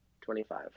Twenty-five